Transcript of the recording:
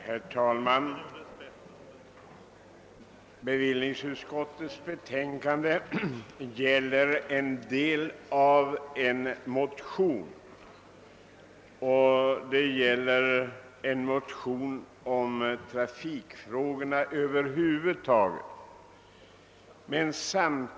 Herr talman! Bevillningsutskottets betänkande gäller en del av en motion om trafikfrågorna över huvud taget.